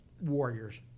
warriors